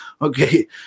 okay